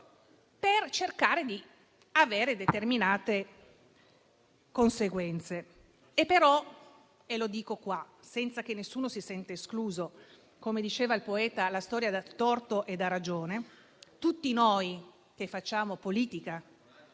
per cercare di avere determinate conseguenze. Senza che nessuno si senta escluso perché - come diceva il poeta - la storia dà torto e dà ragione, tutti noi che facciamo politica